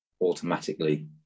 automatically